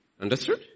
Understood